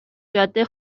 جاده